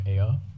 AR